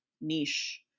niche